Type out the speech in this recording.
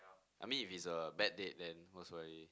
I mean if it's a bad date then most probably